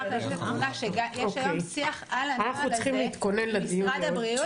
יש היום שיח על הנוהל הזה עם משרד הבריאות